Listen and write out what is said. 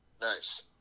Nice